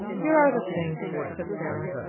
here are the things, said sara,